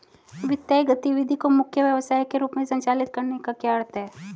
वित्तीय गतिविधि को मुख्य व्यवसाय के रूप में संचालित करने का क्या अर्थ है?